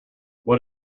what